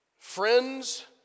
Friends